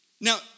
Now